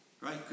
right